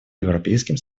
европейским